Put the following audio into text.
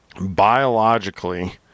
biologically